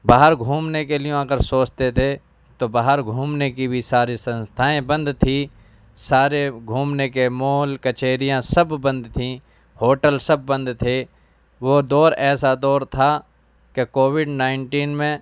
باہر گھومنے کے لیے اگر سوچتے تھے تو باہر گھومنے کی بھی ساری سنستھائیں بند تھی سارے گھومنے کے مال کچہریاں سب بند تھیں ہوٹل سب بند تھے وہ دور ایسا دور تھا کہ کووڈ نائنٹین میں